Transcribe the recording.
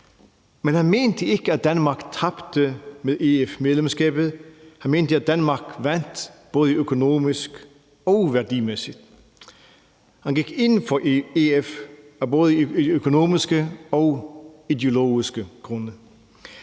men han mente ikke, at Danmark tabte med EF-medlemskabet. Han mente, at Danmark vandt både økonomisk og værdimæssigt. Han gik ind for EF af både økonomiske og ideologiske grunde,